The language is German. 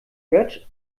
götsch